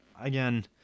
again